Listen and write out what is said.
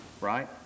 right